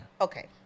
Okay